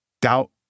doubt